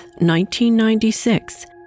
1996